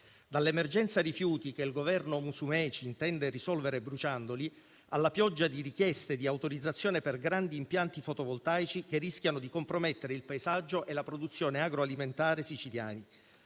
dall'emergenza rifiuti, che il governo Musumeci intende risolvere bruciandoli, alla pioggia di richieste di autorizzazione per grandi impianti fotovoltaici che rischiano di compromettere il paesaggio e la produzione agroalimentare siciliani;